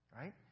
Right